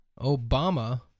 Obama